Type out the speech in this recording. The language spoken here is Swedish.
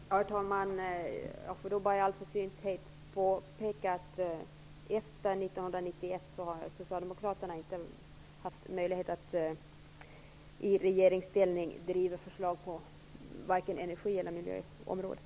Herr talman! Jag vill i all försynthet påpeka att Socialdemokraterna efter 1991 inte har haft möjlighet att i regeringsställning driva förslag på vare sig energi eller miljöområdet.